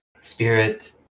spirit